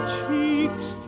cheeks